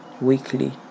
weekly